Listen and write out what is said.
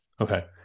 okay